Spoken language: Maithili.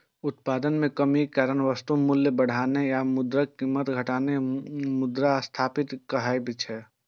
उत्पादन मे कमीक कारण वस्तुक मूल्य बढ़नाय आ मुद्राक कीमत घटनाय मुद्रास्फीति कहाबै छै